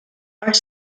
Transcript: are